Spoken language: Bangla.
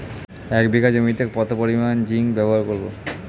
এক বিঘা জমিতে কত পরিমান জিংক ব্যবহার করব?